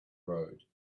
road